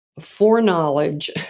foreknowledge